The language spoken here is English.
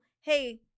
hey